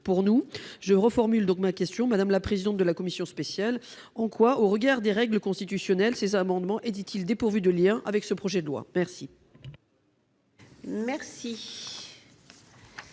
Constitution. Je reformule donc ma question, madame la présidente de la commission spéciale : au regard des règles constitutionnelles, en quoi ces amendements étaient-ils dépourvus de lien avec le projet de loi ?